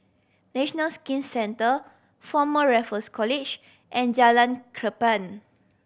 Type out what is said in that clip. National Skin Centre Former Raffles College and Jalan Cherpen